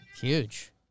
Huge